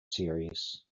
series